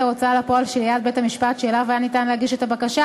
ההוצאה לפועל שליד בית-המשפט שאליו היה ניתן להגיש את הבקשה